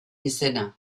izena